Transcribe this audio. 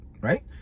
right